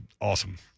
awesome